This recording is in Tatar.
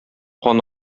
кан